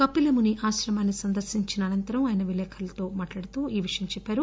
కపిలముని ఆశ్రమం సందర్శించిన అనంతరం ఆయన విలేఖరులతో మాట్లాడుతూ ఈ విషయం చెప్పారు